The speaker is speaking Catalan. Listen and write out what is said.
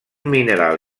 mineral